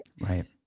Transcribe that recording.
Right